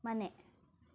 ಮನೆ